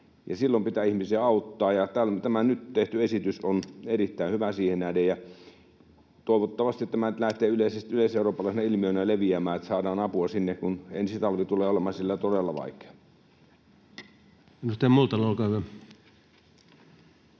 Silloin pitää ihmisiä auttaa, ja tämä nyt tehty esitys on erittäin hyvä siihen nähden. Toivottavasti tämä nyt lähtee yleiseurooppalaisena ilmiönä leviämään, niin että saadaan apua sinne, kun ensi talvi tulee olemaan siellä todella vaikea.